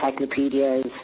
encyclopedias